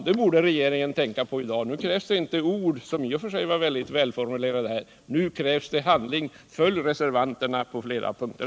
Det borde regeringen tänka på i dag. Nu krävs det inte ord och meningar som i och för sig var mycket välformulerade, utan det krävs handling. Följ reservanterna på flera punkter!